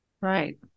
Right